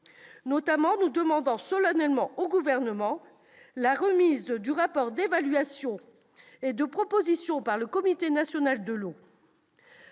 particulier, nous demandons solennellement au Gouvernement la remise du rapport d'évaluation et de proposition du Comité national de l'eau.